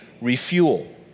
refuel